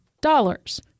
dollars